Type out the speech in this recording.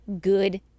good